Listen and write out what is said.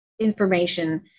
information